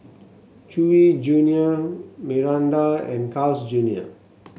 Chewy Junior Mirinda and Carl's Junior